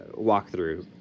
walkthrough